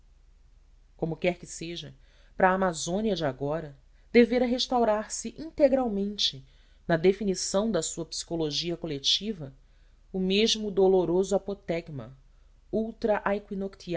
como quer que seja para a amazônia de agora devera restaurar se integralmente na definição da sua psicologia coletiva o mesmo doloroso apotegma ultra